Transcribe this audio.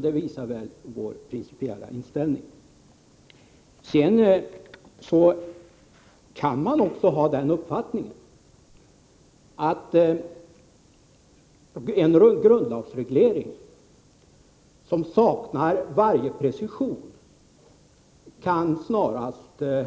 Det visar vår principiella inställning. Man kan också ha den uppfattningen att en grundlagsreglering som saknar varje precision snarare kan